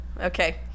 okay